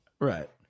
right